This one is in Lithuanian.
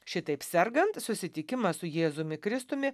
šitaip sergant susitikimas su jėzumi kristumi